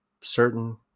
certain